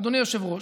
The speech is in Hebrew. אדוני היושב-ראש,